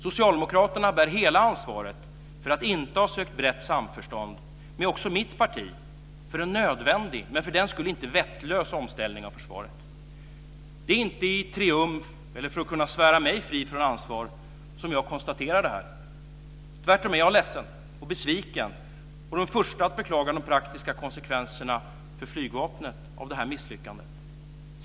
Socialdemokraterna bär hela ansvaret för att man inte har sökt brett samförstånd med också mitt parti för en nödvändig, men för den skull inte vettlös, omställning av försvaret. Det är inte i triumf eller för att kunna svära mig fri från ansvar som jag konstaterar det här. Tvärtom är jag ledsen och besviken och den första att beklaga de praktiska konsekvenserna för flygvapnet av det här misslyckandet.